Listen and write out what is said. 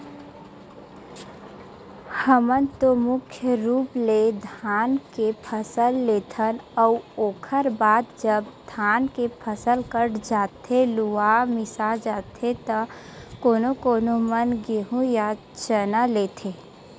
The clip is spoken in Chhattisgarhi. हमन तो मुख्य रुप ले धान के फसल लेथन अउ ओखर बाद जब धान के फसल कट जाथे लुवा मिसा जाथे त कोनो कोनो मन गेंहू या चना लेथे